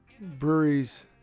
breweries